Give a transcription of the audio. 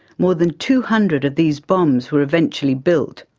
more than two hundred of these bombes were eventually built,